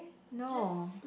no